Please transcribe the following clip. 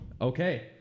Okay